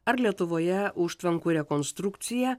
ar lietuvoje užtvankų rekonstrukcija